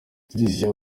tricia